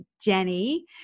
Jenny